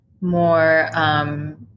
more